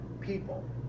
people